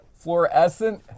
fluorescent